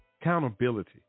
Accountability